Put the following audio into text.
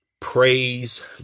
praise